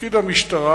תפקיד המשטרה,